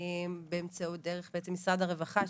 באמצעות משרד הרווחה,